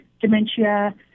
dementia